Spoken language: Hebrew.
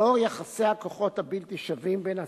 לאור יחסי הכוחות הבלתי-שווים בין הספקים,